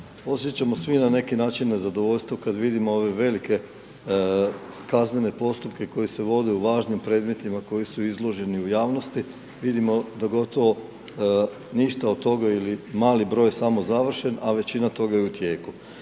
Osjećamo svi na neki način nezadovoljstvo kada vidimo ove velike kaznene postupke koji se vode u važnim predmetima koje su izložene u javnosti, vidimo da gotovo ništa od toga ili mali broj je samo završen, a većina toga je u tijeku.